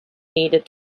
needed